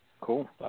cool